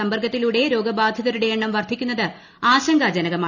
സമ്പർക്കത്തിലൂടെ രോഗബാധിതരുടെ എണ്ണം വർദ്ധിക്കുന്നത് ആശങ്കാജനകം